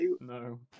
No